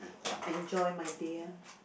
enjoy my day ah